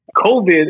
COVID